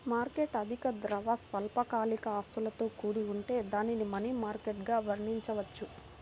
market అధిక ద్రవ, స్వల్పకాలిక ఆస్తులతో కూడి ఉంటే దానిని మనీ మార్కెట్గా వర్ణించవచ్చు